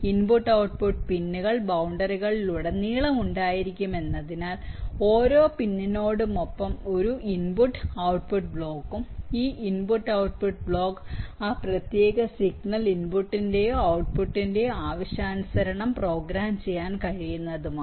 input output പിന്നുകൾ ബൌണ്ടറികളിലുടനീളം ഉണ്ടായിരിക്കുമെന്നതിനാൽ ഓരോ പിന്നിനോടുമൊപ്പം ഒരു ഇൻപുട്ട് ഔട്ട്പുട്ട് ബ്ലോക്കും ഈ ഇൻപുട്ട് ഔട്ട്പുട്ട് ബ്ലോക്ക് ആ പ്രത്യേക സിഗ്നൽ ഇൻപുട്ടിന്റെയോ ഔട്ട്പുട്ടിന്റെയോ ആവശ്യാനുസരണം പ്രോഗ്രാം ചെയ്യാൻ കഴിയുന്നതുമാണ്